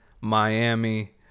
Miami